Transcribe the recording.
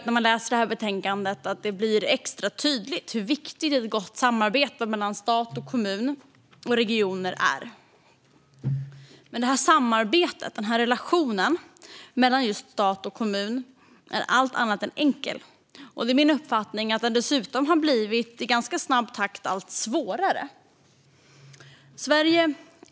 När man läser betänkandet tycker jag att det blir extra tydligt hur viktigt det är med ett gott samarbete mellan stat, kommuner och regioner. Men samarbetet - relationen - mellan stat och kommun är allt annat än enkelt, och det är min uppfattning att det dessutom i ganska snabb takt har blivit allt svårare.